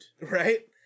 right